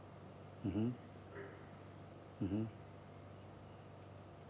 mmhmm mmhmm